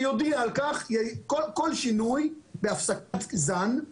שיודיע ויפרסם על כל שינוי בהפסקת זן,